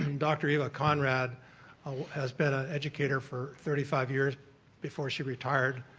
um dr. eva conrad has been an educator for thirty five years before she retired.